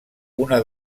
una